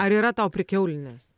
ar yra tau prikiaulinęs